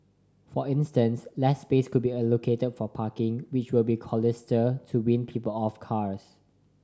for instance less space could be allocated for parking which will be costlier to wean people off cars